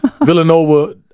Villanova